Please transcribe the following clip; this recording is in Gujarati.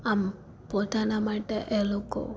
આમ પોતાના માટે એ લોકો